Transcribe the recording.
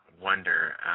wonder